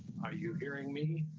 are you hearing me